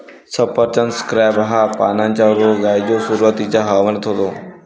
सफरचंद स्कॅब हा पानांचा रोग आहे जो सुरुवातीच्या हवामानात होतो